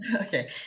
okay